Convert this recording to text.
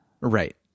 Right